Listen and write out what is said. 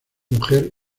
mujer